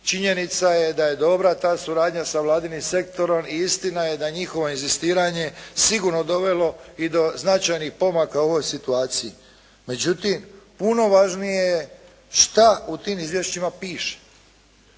Činjenica je da je dobra ta suradnja sa vladinim sektorom i istina je da je njihovo inzistiranje sigurno dovelo i do značajnih pomaka u ovoj situaciji. Međutim puno važnije je šta u tim izvješćima piše?